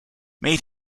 made